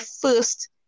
first